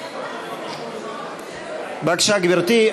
בבקשה, גברתי.